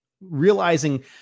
Realizing